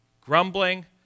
Grumbling